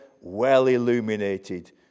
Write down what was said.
well-illuminated